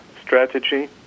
strategy